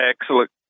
excellent